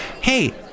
hey